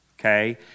okay